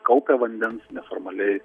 kaupia vandens neformaliai